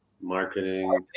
marketing